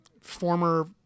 former